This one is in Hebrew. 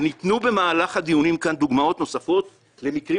וניתנו במהלך הדיונים כאן דוגמאות נוספות למקרים